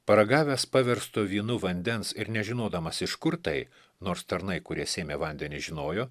paragavęs paversto vynu vandens ir nežinodamas iš kur tai nors tarnai kurie sėmė vandenį žinojo